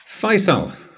Faisal